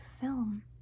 film